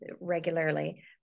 regularly